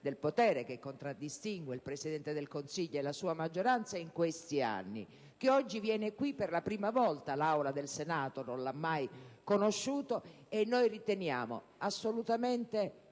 del potere che contraddistingue il Presidente del Consiglio e la sua maggioranza in questi anni, che oggi viene qui per la prima volta (l'Assemblea del Senato non l'ha mai conosciuto), e riteniamo assolutamente